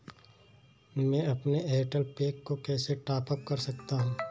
मैं अपने एयरटेल पैक को कैसे टॉप अप कर सकता हूँ?